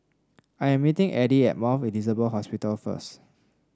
I'm meeting Addie at Mount Elizabeth Hospital first